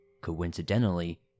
Coincidentally